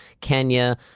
Kenya